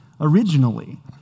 originally